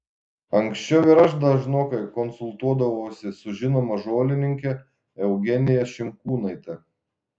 anksčiau ir aš dažnokai konsultuodavausi su žinoma žolininke eugenija šimkūnaite